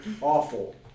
awful